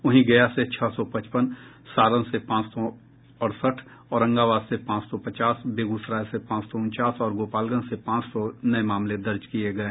वहीं गया से छह सौ पचपन सारण से पांच सौ अड़सठ औरंगाबाद से पांच सौ पचास बेगूसराय से पांच सौ उनचास और गोपालगंज से पांच सौ नये मामले दर्ज किये गये